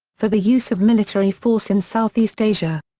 for the use of military force in southeast asia.